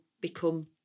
become